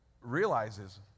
realizes